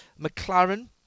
McLaren